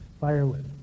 firewood